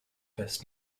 best